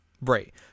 Right